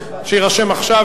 שיירשם עכשיו,